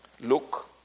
Look